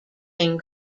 king